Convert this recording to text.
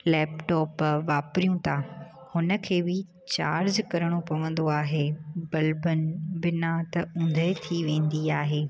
laptop वापरियूं था हुन खे बि चार्ज करिणो पवंदो आहे बल्बनि बिना त ऊंधे थी वेंदी आहे